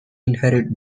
inherit